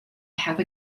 have